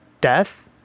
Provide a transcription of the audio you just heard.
death